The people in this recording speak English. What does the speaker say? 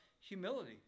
humility